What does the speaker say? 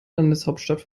landeshauptstadt